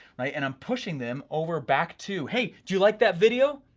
right, and i'm pushing them over back to, hey, do you like that video?